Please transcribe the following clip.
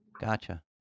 Gotcha